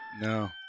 no